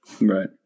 Right